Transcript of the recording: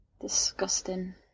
Disgusting